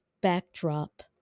backdrop